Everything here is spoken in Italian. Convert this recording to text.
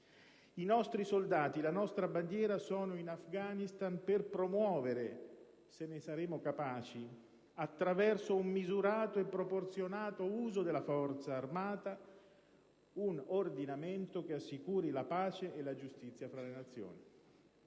I nostri soldati, la nostra bandiera, sono in Afghanistan per promuovere, se ne saremo capaci, attraverso un misurato e proporzionato uso della forza armata, un ordinamento che assicuri la pace e la giustizia fra le Nazioni.